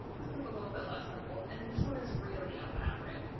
this one's a little bit less simple, and this one is really elaborate.